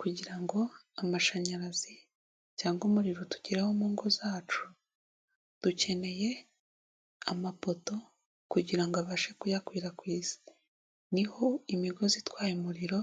Kugira ngo amashanyarazi cyangwa umuriro u tugereho mu ngo zacu, dukeneye amapoto kugirango abashe kuyakwirakwiza. Niho imigozi itwaye umuriro